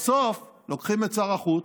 ובסוף, לוקחים את שר החוץ,